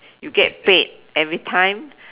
you get paid every time